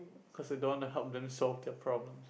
cause you don't want to help them solve their problem